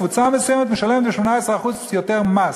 קבוצה מסוימת משלמת ב-18% יותר מס.